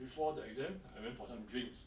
before the exam I went for some drinks